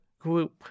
group